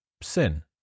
sin